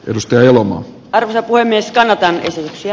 edustaja elomaa varsa puhemies kannatan kysymyksiä